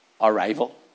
arrival